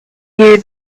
year